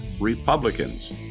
Republicans